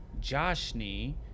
Joshny